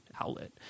outlet